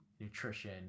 nutrition